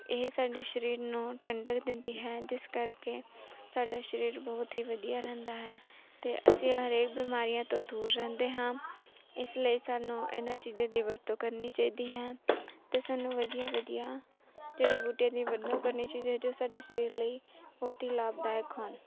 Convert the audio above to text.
ਇਹ ਸਾਡੇ ਸਰੀਰ ਨੂੰ ਠੰਡਕ ਦਿੰਦੀ ਹੈ ਜਿਸ ਕਰਕੇ ਸਾਡਾ ਸਰੀਰ ਬਹੁਤ ਹੀ ਵਧੀਆ ਰਹਿੰਦਾ ਹੈ ਅਤੇ ਅਸੀਂ ਹਰੇਕ ਬਿਮਾਰੀਆਂ ਤੋਂ ਦੂਰ ਰਹਿੰਦੇ ਹਾਂ ਇਸ ਲਈ ਸਾਨੂੰ ਇਹਨਾਂ ਚੀਜ਼ਾਂ ਦੀ ਵਰਤੋਂ ਕਰਨੀ ਚਾਹੀਦੀ ਹੈ ਅਤੇ ਸਾਨੂੰ ਵਧੀਆ ਵਧੀਆ ਜੜ੍ਹੀ ਬੂਟੀਆਂ ਦੀ ਵਰਤੋਂ ਕਰਨੀ ਚਾਹੀਦੀ ਹੈ ਜੋ ਸਾਡੇ ਸਰੀਰ ਲਈ ਬਹੁਤ ਹੀ ਲਾਭਦਾਇਕ ਹਨ